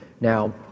Now